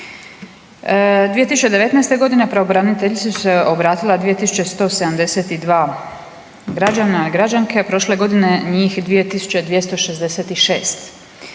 2019.g. pravobraniteljici su se obratila 2.172 građana i građanke, prošle godine njih 2.266,